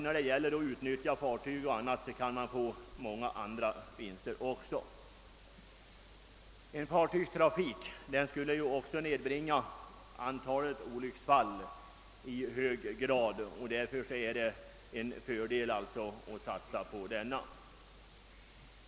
När det gäller att utnyttja fartyg kan man givetvis räkna också med andra vinster: fartygstrafik skulle också i hög grad nedbringa antalet olycksfall och jag anser det därför fördelaktigt att satsa på sådan trafik.